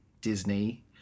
Disney